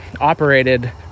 operated